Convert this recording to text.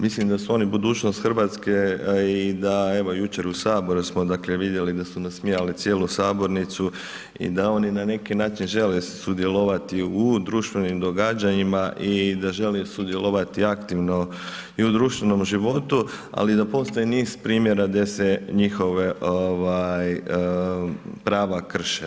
Mislim da su oni budućnost Hrvatske i da evo jučer u Saboru smo dakle vidjeli da su nasmijali cijelu sabornicu i da oni na neki način žele sudjelovati u društvenim događanjima i da žele sudjelovati aktivno i u društvenom životu ali i da postoji niz primjera gdje se njihova prava krše.